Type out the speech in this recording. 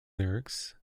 lyrics